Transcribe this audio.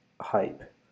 hype